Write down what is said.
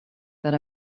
that